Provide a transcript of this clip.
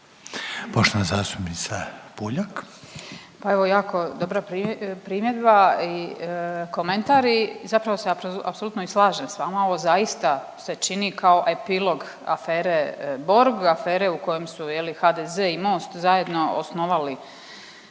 Marijana (Centar)** Pa jako dobra primjedba i komentar i zapravo se apsolutno i slažem s vama, ovo zaista se čini kao epilog afere Borg, afere u kojem su HDZ i Most zajedno osnovali